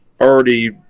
already